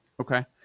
Okay